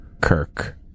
Kirk